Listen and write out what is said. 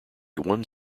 one